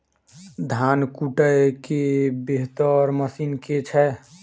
धान कुटय केँ बेहतर मशीन केँ छै?